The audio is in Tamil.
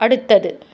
அடுத்தது